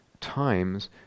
times